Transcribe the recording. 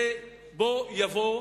זה בוא יבוא,